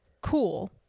cool